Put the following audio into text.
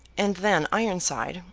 and then ironside,